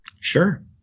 Sure